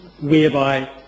whereby